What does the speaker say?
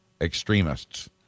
extremists